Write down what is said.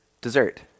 dessert